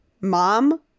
mom